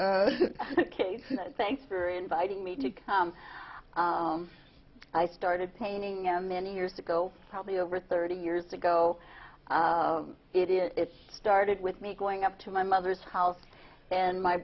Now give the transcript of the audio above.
so thanks for inviting me to come i started painting and many years ago probably over thirty years ago it is it started with me going up to my mother's house and my